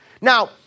Now